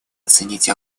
оценить